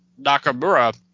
Nakamura –